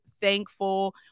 thankful